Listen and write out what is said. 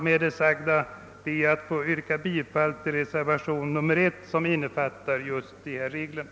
Med det anförda ber jag att få yrka bifall till reservationen 1, vilket innebär ett tillstyrkande till de av oss förordade reglerna.